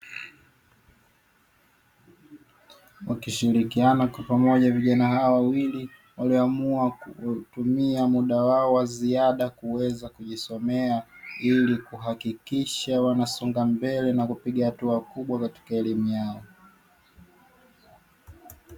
Wakishirikiana kwa pamoja vijana hawa wawili walioamua kutumia muda wao wa ziada kuweza kujisomea, ili kuhakikisha wanasonga mbele na kupiga hatua kubwa katika elimu yao.